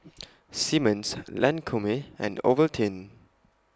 Simmons Lancome and Ovaltine